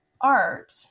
art